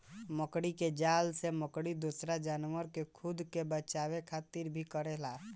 मकड़ी के जाल से मकड़ी दोसरा जानवर से खुद के बचावे खातिर भी करेले